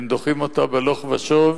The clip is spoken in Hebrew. הם דוחים אותה בלך ושוב,